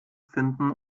finden